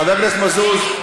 חבר הכנסת מזוז,